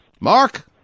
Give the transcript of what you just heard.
Mark